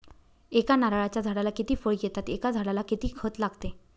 एका नारळाच्या झाडाला किती फळ येतात? एका झाडाला किती खत लागते?